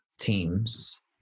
teams